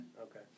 Okay